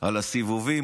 על הסיבובים,